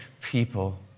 people